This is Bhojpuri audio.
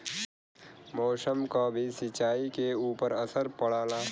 मौसम क भी सिंचाई के ऊपर असर पड़ला